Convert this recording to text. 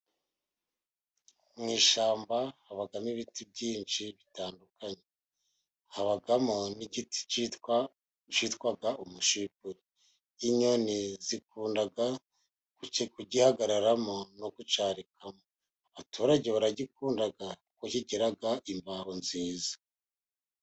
Mu ishyamba habamo ibiti byinshi bitandukanye, habamo nk'igiti kitwa cyitwaga umushipuli, inyoni zikunda kuki kugihagararamo no ku cyarikamo, abaturage baragikunda, kuko kigiraga imbaho nziza.